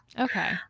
Okay